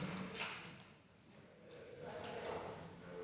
Tak